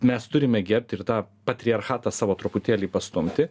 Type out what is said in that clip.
mes turime gerbti ir tą patriarchatą savo truputėlį pastumti